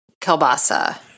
kielbasa